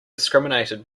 discriminated